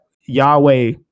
Yahweh